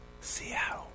Seattle